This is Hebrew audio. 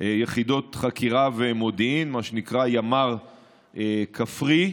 יחידות חקירה ומודיעין, מה שנקרא ימ"ר כפרי.